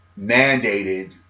mandated